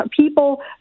people